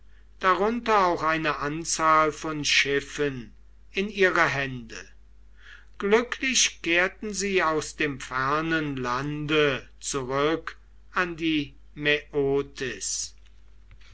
darunter auch eine anzahl von schiffen in ihre hände glücklich kehrten sie aus dem fernen lande zurück an die